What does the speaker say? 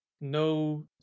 no